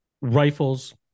rifles